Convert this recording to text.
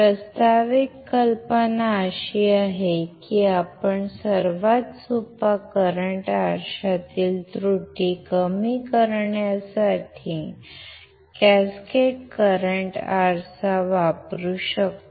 प्रस्तावित कल्पना अशी आहे की आपण सर्वात सोपा करंट आरशातील त्रुटी कमी करण्यासाठी कॅस्केड करंट आरसा वापरू शकतो